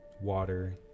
water